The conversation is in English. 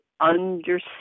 understand